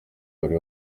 bari